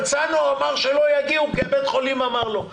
הרצנו אמר שלא יגיעו כי בית החולים אמר לו?